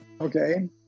Okay